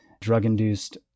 Drug-induced